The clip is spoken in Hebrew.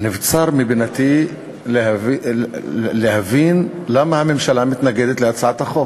נבצר מבינתי להבין למה הממשלה מתנגדת להצעת החוק.